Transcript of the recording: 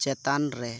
ᱪᱮᱛᱟᱱ ᱨᱮ